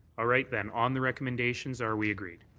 ah right, then, on the recommendations are we agreed?